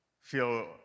feel